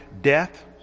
death